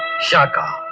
shakka.